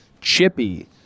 chippy